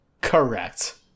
Correct